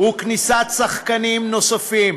וכניסת שחקנים נוספים,